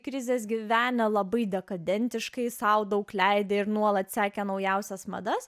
krizės gyvenę labai dekadentiškai sau daug leidę ir nuolat sekė naujausias madas